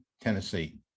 Tennessee